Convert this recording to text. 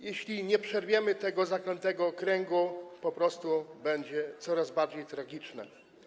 Jeśli nie przerwiemy tego zaklętego kręgu, sytuacja będzie coraz bardziej tragiczna.